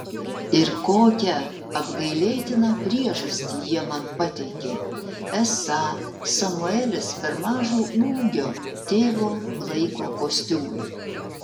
ir kokią apgailėtiną priežastį jie man pateikė esą samuelis per mažo ūgio tėvo laiko kostiumui